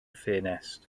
ffenestr